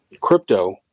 crypto